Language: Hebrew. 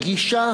"גישה",